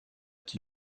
qui